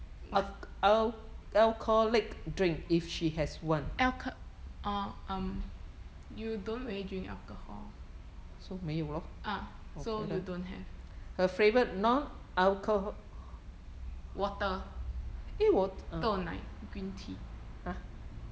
alch~ orh um you don't really drink alchohol ah so you don't have water 豆奶 green tea